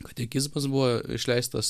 katekizmas buvo išleistas